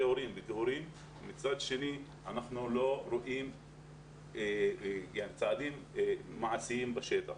הספר אבל מצד שני אנחנו לא רואים שנעשים צעדים מעשיים בשטח.